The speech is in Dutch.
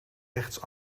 rechts